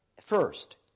First